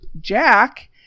Jack